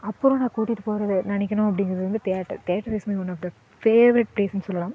அப்புறம் நான் கூட்டிகிட்டு போகறது நினைக்கிணும் அப்படிங்கிறது வந்து theatre theatre is my one of the favourite ப்ளேஸ்னு சொல்லலாம்